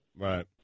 Right